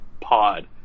Pod